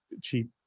cheap